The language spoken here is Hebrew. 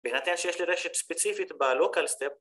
בהינתן שיש לי רשת ספציפית ‫ב-local step.